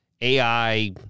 AI